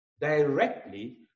directly